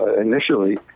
initially